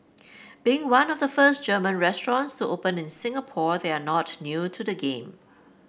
being one of the first German restaurants to open in Singapore they are not new to the game